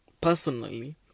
personally